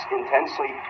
intensely